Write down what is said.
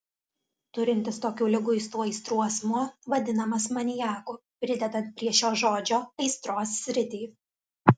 turintis tokių liguistų aistrų asmuo vadinamas maniaku pridedant prie šio žodžio aistros sritį